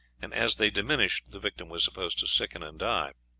and as they diminished the victim was supposed to sicken and die.